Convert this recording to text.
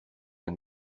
and